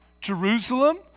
Jerusalem